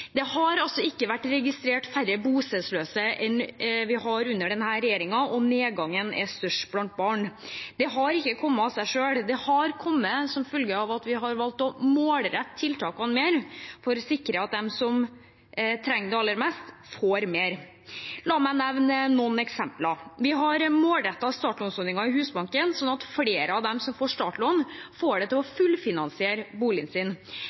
Det har ikke vært registrert færre bostedsløse enn vi har under denne regjeringen, og nedgangen er størst blant barn. Det har ikke kommet av seg selv, det har kommet som følge av at vi har valgt å målrette tiltakene mer for å sikre at de som trenger det aller mest, får mer. La meg nevne noen eksempler: Vi har målrettede startlånsordninger i Husbanken, slik at flere av dem som får startlån, får til å fullfinansiere boligen sin. Dette er personer som aldri ville ha klart å kjøpe seg sin